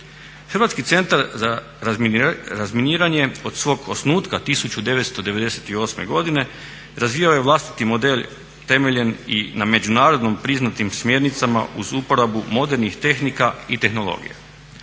i donatorima u zemlji. HCR od svog osnutka 1998. godine razvijao je vlastiti model temeljen i na međunarodno priznatim smjernicama uz uporabu modernih tehnika i tehnologija.